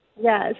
Yes